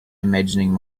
imagining